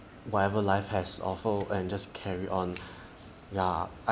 whatever life has offer just carry on lah